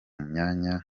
myanya